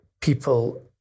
people